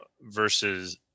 versus